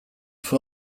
for